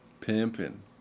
Pimping